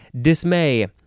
Dismay